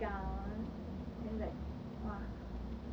you know like they got so many discounts